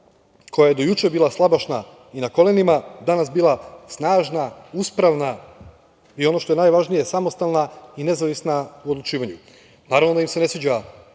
koja je do juče bila slabašna i na kolenima danas bila snažna, uspravna i ono što je najvažnije samostalna i nezavisna u odlučivanju. Naravno da im se ne sviđa